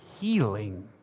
healing